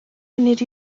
munud